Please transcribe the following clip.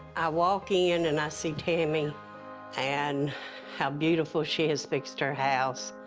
i walk in, and i see tammy and how beautiful she has fixed her house.